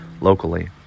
locally